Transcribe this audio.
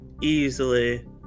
easily